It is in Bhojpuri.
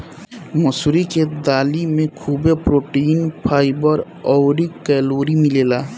मसूरी के दाली में खुबे प्रोटीन, फाइबर अउरी कैलोरी मिलेला